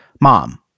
mom